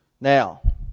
Now